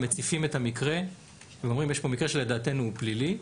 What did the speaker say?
מציפים את המקרה ואומרים: יש פה מקרה שלדעתנו הוא פלילי.